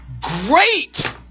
great